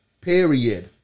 period